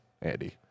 Andy